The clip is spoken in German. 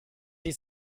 sie